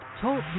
Talk